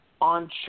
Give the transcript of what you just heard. On